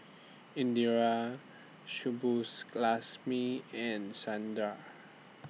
Indira Subbulakshmi and Sundar